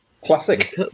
Classic